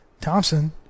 Thompson